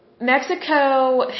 Mexico